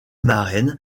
marraine